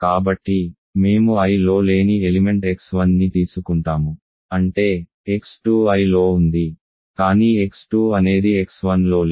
కాబట్టి మేము Iలో లేని ఎలిమెంట్ x1 ని తీసుకుంటాము అంటే x2 Iలో ఉంది కానీ x2 అనేది x1లో లేదు